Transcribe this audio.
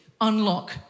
unlock